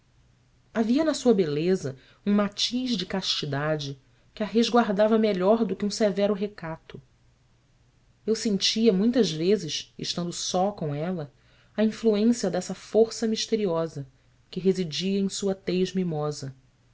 havia na sua beleza um matiz de castidade que a resguardava melhor do que um severo recato eu sentia muitas vezes estando só com ela a influência dessa força misteriosa que residia em sua tez mimosa